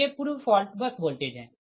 तो ये पूर्व फॉल्ट बस वॉल्टेज है